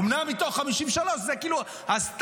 אומנם מתוך 53, זה כאילו הסטנדרט.